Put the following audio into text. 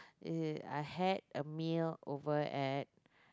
uh I had a meal over at